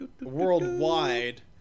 worldwide